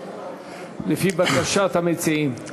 לפי בקשת המציעים.